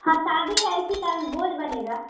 हाँ शादी है इसी कारण भोज बनेगा